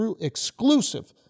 exclusive